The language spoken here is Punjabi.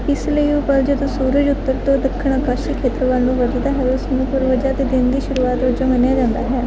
ਇਸ ਲਈ ਉਹ ਪਲ ਜਦੋਂ ਸੂਰਜ ਉੱਤਰ ਤੋਂ ਦੱਖਣ ਆਕਾਸ਼ੀ ਖੇਤਰ ਵੱਲ ਨੂੰ ਵੱਧਦਾ ਹੈ ਉਸ ਨੂੰ ਪੂਰਵਜਾਂ ਦੇ ਦਿਨ ਦੀ ਸ਼ੁਰੂਆਤ ਵਜੋਂ ਮੰਨਿਆ ਜਾਂਦਾ ਹੈ